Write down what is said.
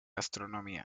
astronomía